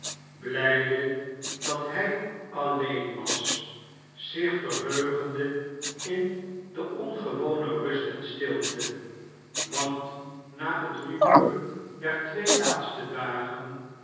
blijde dat hij alleen was zich ver heugende in de ongewone rust en stilte want na het rumoer der twee laatste dagen